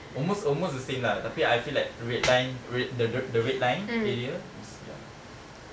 almost almost the same lah tapi I feel like red line red th~ the the red line area is ya